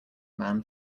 man